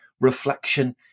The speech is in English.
reflection